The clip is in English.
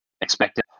expected